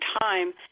time